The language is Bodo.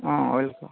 अ वेलखाम